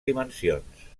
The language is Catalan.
dimensions